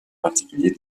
particulier